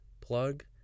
plug